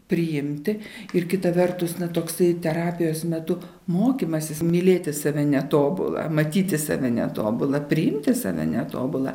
priimti ir kita vertus na toksai terapijos metu mokymasis mylėti save netobulą matyti save netobulą priimti save netobulą